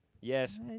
Yes